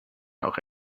auch